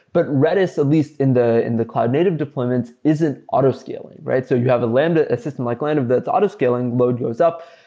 but redis at least in the in the cloud native deployment isn't autoscaling, right? so you have a lambda system like random that's autoscaling. load goes up.